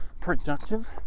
productive